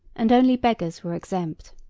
and only beggars were exempt.